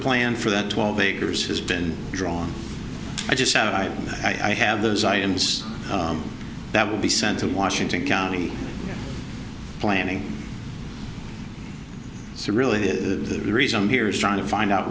plan for that twelve acres has been drawn i just sat i i have those items that will be sent to washington county planning so really the reason i'm here is trying to find out